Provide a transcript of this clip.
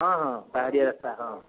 ହଁ ହଁ ପାହାଡ଼ିଆ ରାସ୍ତା ହଁ